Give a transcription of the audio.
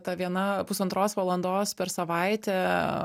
ta viena pusantros valandos per savaitę